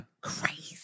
Crazy